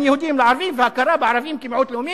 יהודים לערבים והכרה בערבים כמיעוט לאומי,